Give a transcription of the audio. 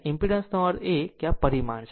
અને ઇમ્પેડન્સનો અર્થ એ કે આ પરિમાણ છે